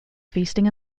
feasting